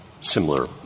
similar